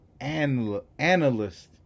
analyst